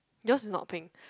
yours not pink